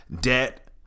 debt